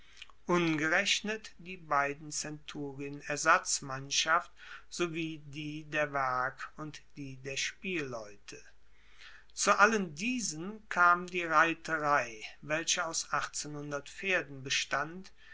ungerechnet die beiden zenturien ersatzmannschaft sowie die der werk und die der spielleute zu allen diesen kam die reiterei welche aus pferden bestand